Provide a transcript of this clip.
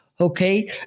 Okay